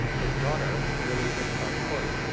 his daughter, lillie hitchcock coit,